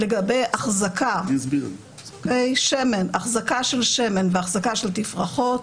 לגבי החזקה של שמן והחזקה של תפרחות,